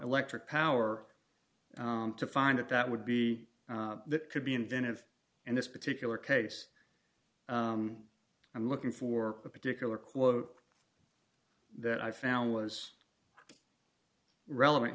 electric power to find it that would be that could be inventive and this particular case i'm looking for a particular quote that i found was relevant